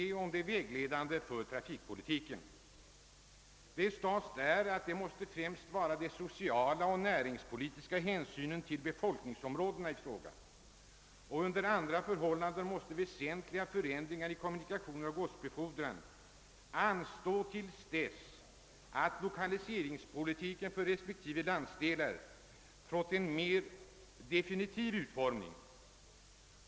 Det sades där att vägledande för trafikpolitiken främst måste vara de sociala och näringspolitiska hänsynen till befolkningsområdena i fråga och att väsentliga förändringar i kommunikationer och godsbefordran under alla förhållanden måste anstå till dess att lokaliseringspolitiken för respektive landsdelar fått en mera definitiv utformning.